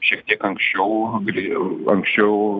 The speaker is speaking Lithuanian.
šiek tiek anksčiau galėjo anksčiau